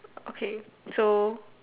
okay so